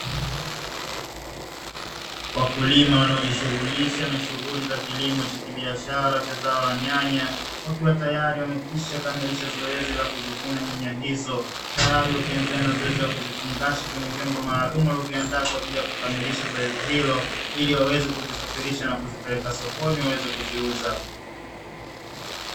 Wakulima wanaojishughulisha na shughuli za kilimo cha kibiashara cha zao la nyanya, wakiwa tayari wamekwisha kamilisha zoezi la kuzivuna nyanya hizo, tayari wakiendelea na zoezi la kuzifungasha kwenye vyombo maalumu waloviandaa kwa ajili ya kukamilisha zoezi hilo, ili waweze kuzisafirisha na kuzipeleka sokoni waweze kuziuza.